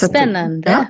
Spännande